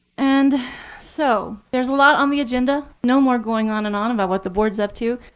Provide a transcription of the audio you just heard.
and so there's a lot on the agenda. no more going on and on about what the board's up to.